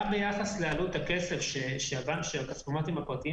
גם ביחס לעלות הכסף שהכספומטים הפרטיים